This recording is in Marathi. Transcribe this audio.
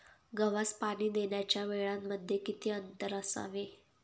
गव्हास पाणी देण्याच्या वेळांमध्ये किती अंतर असावे?